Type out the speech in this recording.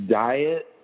diet